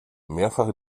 mehrfach